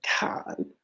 God